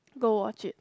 go watch it